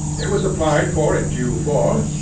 it was applied for in due form,